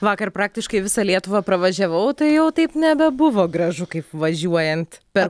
vakar praktiškai visą lietuvą pravažiavau tai jau taip nebebuvo gražu kaip važiuojant per